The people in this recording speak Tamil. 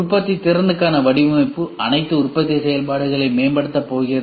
உற்பத்தித்திறனுக்கான வடிவமைப்பு அனைத்து உற்பத்தி செயல்பாடுகளையும் மேம்படுத்தப் போகிறது